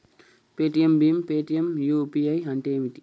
Paytm భీమ్ Paytm UPI అంటే ఏంది?